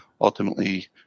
ultimately